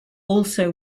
also